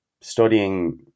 studying